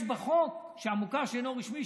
יש בחוק שהמוכר שאינו רשמי,